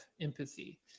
empathy